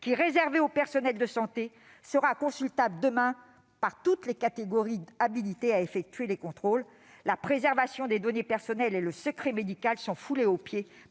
? Réservé au personnel de santé, il sera consultable, demain, par toutes les catégories de personnes habilitées à effectuer des contrôles. La préservation des données personnelles et le secret médical sont foulés aux pieds